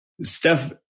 Steph